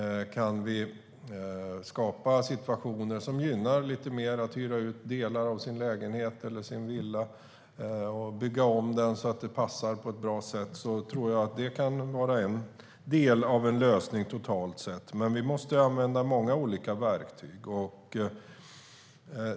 Kan vi skapa situationer som lite mer gynnar dem som hyr ut en del av sin lägenhet eller villa - och kanske bygger om så att det passar på ett bra sätt - tror jag att det kan vara en del av en lösning totalt sett. Vi måste dock använda många olika verktyg.